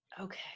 okay